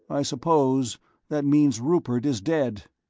i suppose that means rupert is dead.